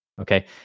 Okay